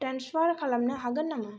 transfer खालामनो हागोन नामा